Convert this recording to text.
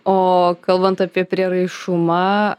o kalbant apie prieraišumą